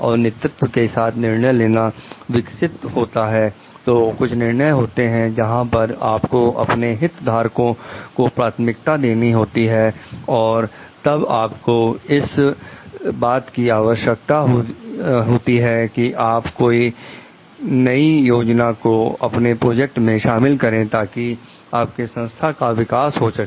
और नेतृत्व के साथ निर्णय लेना विकसित होता है तो कुछ निर्णय होते हैं जहां पर आपको अपने हित धारकों को प्राथमिकता देनी होती है और तब आपको इस बात की आवश्यकता होती है कि आप कोई नहीं योजना को अपने प्रोजेक्ट में शामिल करें ताकि आपके संस्था का विकास हो सके